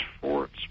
forts